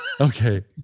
Okay